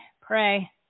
pray